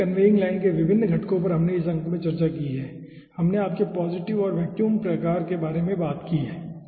pneumatic conveying line के विभिन्न घटकों पर हमने इस अंक में चर्चा की है हमने आपके पॉज़िटिव और वैक्यूम प्रकार के बारे में बात की है